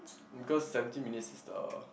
because seventy minutes is the